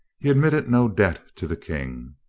he admitted no debt to the king,